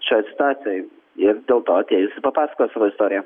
šioj situacijoj ir dėl to atėjusi papasakojo savo istoriją